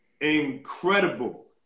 Incredible